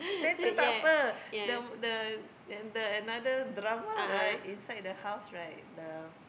then the tougher the the and the another drama right inside the house right the